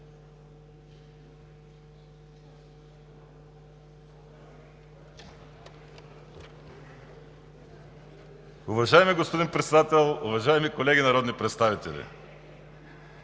Уважаеми господин Председател, уважаеми колеги народни представители!